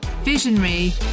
visionary